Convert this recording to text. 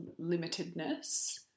limitedness